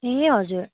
ए हजुर